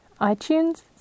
iTunes